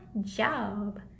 job